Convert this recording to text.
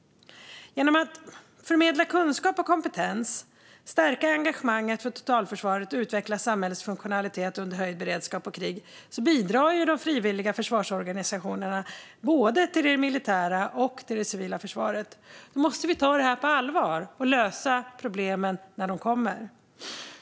Genom att förmedla kunskap och kompetens, stärka engagemanget för totalförsvaret och utveckla samhällets funktionalitet under höjd beredskap för krig bidrar de frivilliga försvarsorganisationerna till både det militära och det civila försvaret. Då måste vi ta det här på allvar och lösa problemen när de uppstår.